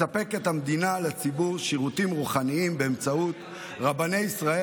מספקת המדינה לציבור שירותים רוחניים באמצעות רבני ישראל,